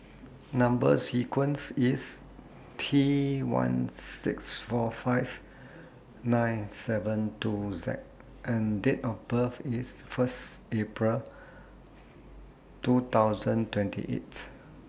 Number sequence IS T one six four five nine seven two Z and Date of birth IS First April two thousand twenty eight